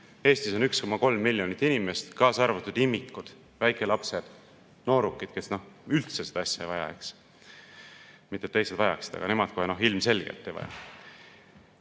Eestis on 1,3 miljonit inimest, kaasa arvatud imikud, väikelapsed, noorukid, kes üldse seda asja ei vaja, eks. Mitte et teised vajaksid, aga nemad kohe ilmselgelt ei vaja.